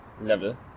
level